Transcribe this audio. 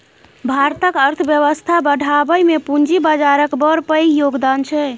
भारतक अर्थबेबस्था बढ़ाबइ मे पूंजी बजारक बड़ पैघ योगदान छै